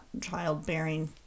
childbearing